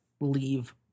leave